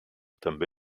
també